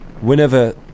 Whenever